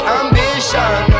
ambition